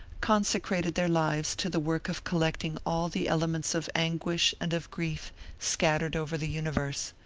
consecrated their lives to the work of collecting all the elements of anguish and of grief scattered over the universe.